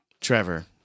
Trevor